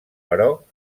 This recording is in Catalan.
però